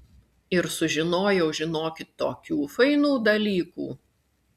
ir sužinojau žinokit tokių fainų dalykų